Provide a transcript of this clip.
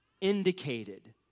indicated